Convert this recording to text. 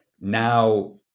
Now